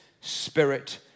spirit